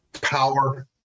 power